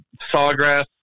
Sawgrass